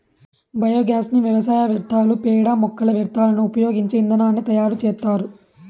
biogas ని వ్యవసాయ వ్యర్థాలు, పేడ, మొక్కల వ్యర్థాలను ఉపయోగించి ఇంధనాన్ని తయారు చేత్తారు